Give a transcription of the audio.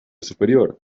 superior